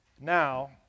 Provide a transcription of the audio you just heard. now